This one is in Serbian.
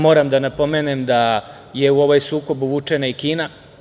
Moram da napomenem da je u ovaj sukob uvučena i Kina.